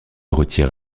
retire